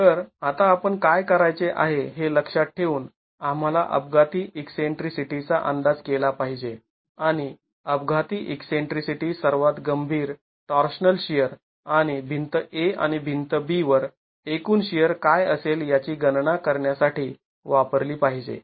तर आता आपण काय करायचे आहे हे लक्षात ठेवून आम्हाला अपघाती ईकसेंट्रीसिटीचा अंदाज केला पाहिजे आणि अपघाती ईकसेंट्रीसिटी सर्वात गंभीर टॉर्शनल शिअर आणि भिंत A आणि भिंती B वर एकूण शिअर काय असेल याची गणना करण्यासाठी वापरली पाहिजे